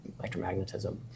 electromagnetism